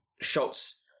shots